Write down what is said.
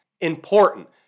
important